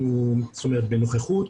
בנוכחות,